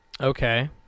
okay